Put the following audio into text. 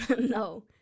no